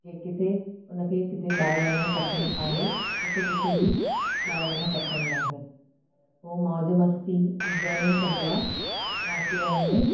के किथे उन खे किथे ॿाहिरि वञणु पसंदि आहे मूंखे किथे बि ॿाहिरि वञणु पसंदि न आहे उहो मौज मस्ती इंजॉयमेंट कंदो आहे नाच ॻाइण में